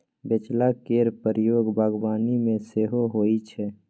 बेलचा केर प्रयोग बागबानी मे सेहो होइ छै